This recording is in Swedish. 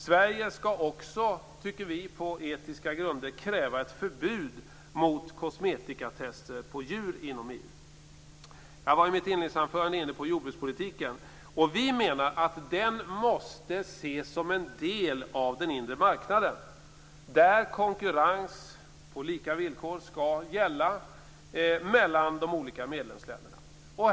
Sverige skall också, på etiska grunder, kräva ett förbud mot kosmetikatester på djur inom EU. I mitt inledningsanförande var jag inne på jordbrukspolitiken. Vi menar att den måste ses som en del av den inre marknaden, där konkurrens på lika villkor skall gälla mellan de olika medlemsländerna.